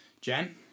Jen